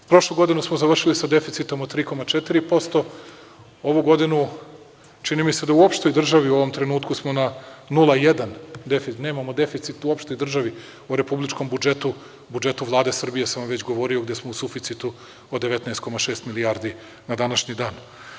Prošlu godinu smo završili sa deficitom od 3,4%, ovu godinu čini mi se da u opštoj državi u ovom trenutku smo na 0,1 deficit, nemamo deficit u opštoj državi u republičkom budžetu, u budžetu Vlade Srbije, već sam vam govorio, gde smo u suficitu od 19,6 milijardi na današnji dan.